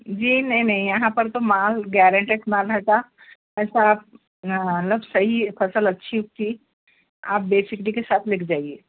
جی نہیں نہیں یہاں پر تو مال گیارینٹیٹ مال رہتا ایسا آپ مطلب صحیح فصل اچھی اُگتی آپ بے فِکری کے ساتھ لے کے جائیے